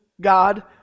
God